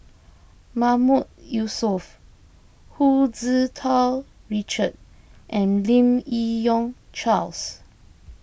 Mahmood Yusof Hu Tsu Tau Richard and Lim Yi Yong Charles